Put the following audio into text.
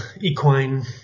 equine